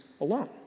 alone